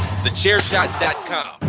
TheChairShot.com